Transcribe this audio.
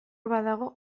badago